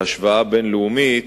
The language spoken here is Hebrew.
בהשוואה בין-לאומית,